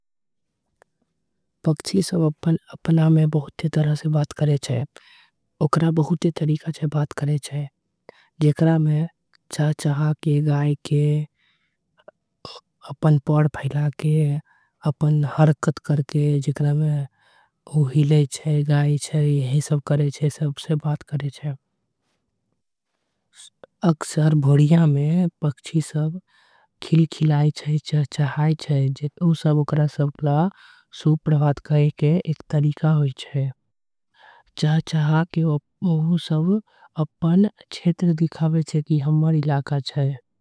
पक्षी सब अपना में कई तरीका से बात करे छे। ओकर बहुत ही तरीका छे बात करे छे जेकारा। में चहचहा के गाय के अपन पंख फैला के हरकत। कर के जेकरा में हिले छे यही सब करे छे अक्सर। भोरिया में पक्षी चहचहाई छे गाई छे सब के सब। के सुप्रभात करे के तरीका होई छे चहचहाई। के बताई छे के हमर इलाका छे।